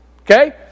Okay